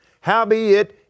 howbeit